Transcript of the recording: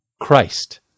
Christ